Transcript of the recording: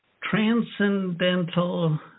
Transcendental